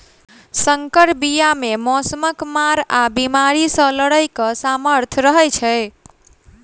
सँकर बीया मे मौसमक मार आ बेमारी सँ लड़ैक सामर्थ रहै छै